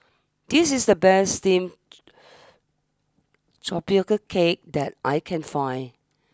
this is the best Steamed Tapioca Cake that I can find